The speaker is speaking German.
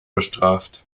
bestraft